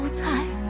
ah time,